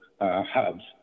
hubs